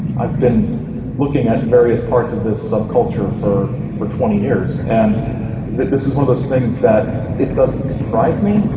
i've been looking at various parts of this subculture for for twenty years, and this is one of those things that it doesn't surprise me.